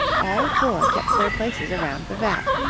all four kept their places around the vat,